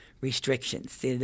restrictions